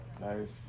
nice